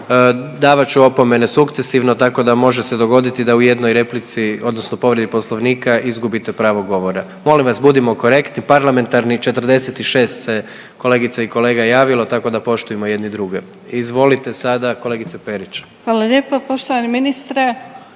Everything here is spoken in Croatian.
davat ću opomene sukcesivno tako da može se dogoditi da u jednoj replici odnosno povredi Poslovnika izgubite pravo govora. Molim vas budimo korektni, parlamentarni, 46 se kolegica i kolega javilo tako da poštujemo jedni druge. Izvolite sada kolegice Perić. **Perić, Grozdana (HDZ)**